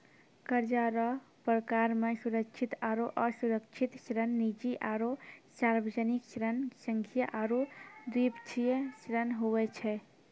कर्जा रो परकार मे सुरक्षित आरो असुरक्षित ऋण, निजी आरो सार्बजनिक ऋण, संघीय आरू द्विपक्षीय ऋण हुवै छै